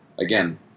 again